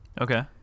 Okay